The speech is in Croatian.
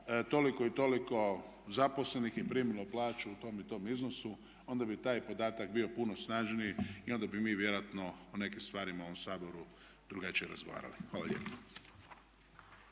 toliko i toliko zaposlenih je primilo plaću u tom i tom iznosu, onda bi taj podatak bio puno snažniji i onda bi mi vjerojatno o nekim stvarima u ovom Saboru drugačije razgovarali. Hvala lijepa.